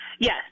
Yes